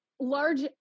large